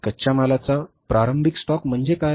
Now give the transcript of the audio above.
कच्च्या मालाचा प्रारंभिक स्टॉक म्हणजे काय